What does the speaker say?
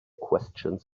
questions